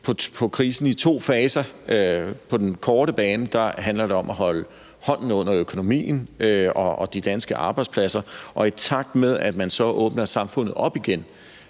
på krisen i to faser. På den korte bane handler det om at holde hånden under økonomien og de danske arbejdspladser, og i takt med at man så åbner samfundet op igen,